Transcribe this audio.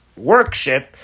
workship